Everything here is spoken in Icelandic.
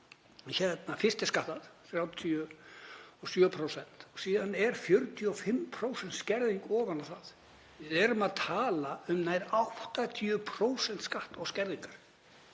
Fyrst er skattað, 37%, og síðan er 45% skerðing ofan á það. Við erum að tala um nær 80% skatta og skerðingar,